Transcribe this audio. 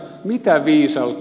mitä viisautta